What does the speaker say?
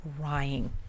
crying